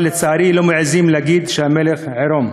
אבל לצערי לא מעזים להגיד שהמלך עירום.